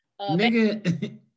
Nigga